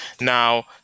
Now